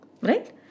Right